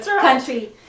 country